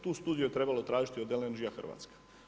Tu studiju je trebalo tražiti od LNG-a Hrvatska.